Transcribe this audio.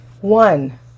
One